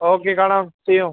okay കാണം see U